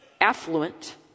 affluent